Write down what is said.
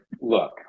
Look